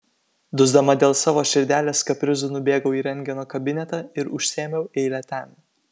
dusdama dėl savo širdelės kaprizų nubėgau į rentgeno kabinetą ir užsiėmiau eilę ten